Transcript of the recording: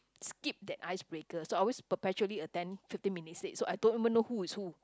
skip that ice breaker so I always perpetually attend fifteen minutes late so I don't even know who is who